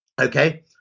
okay